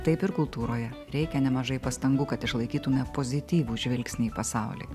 taip ir kultūroje reikia nemažai pastangų kad išlaikytume pozityvų žvilgsnį į pasaulį